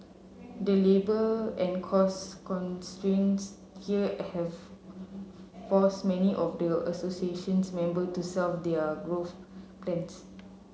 the labour and cost constraints here have forced many of the association's member to shelf their growth plans